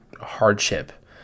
hardship